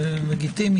זה לגיטימי,